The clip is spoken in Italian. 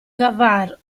cavar